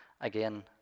again